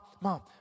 mom